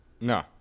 No